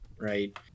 right